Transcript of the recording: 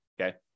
okay